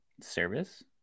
Service